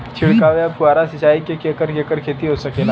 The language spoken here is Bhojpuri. छिड़काव या फुहारा सिंचाई से केकर केकर खेती हो सकेला?